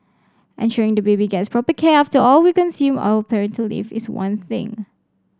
ensuring the baby gets proper care after all we consume our parental leave is one thing